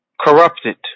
corrupted